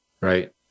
right